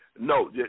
No